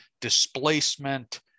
displacement